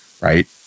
right